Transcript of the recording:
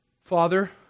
Father